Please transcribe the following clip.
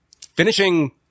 finishing